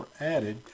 added